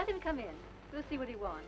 let him come in to see what he wa